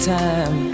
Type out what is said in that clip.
time